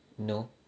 no